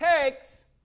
takes